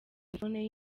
telefoni